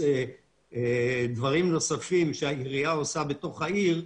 דברים נוספים שהעירייה עושה בתוך העיר,